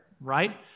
right